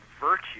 virtue